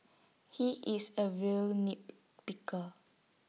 he is A real nitpicker